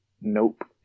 Nope